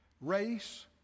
Race